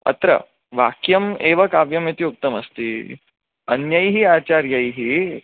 अत्र वाक्यम् एव काव्यमिति उक्तमस्ति अन्यैः आचार्यैः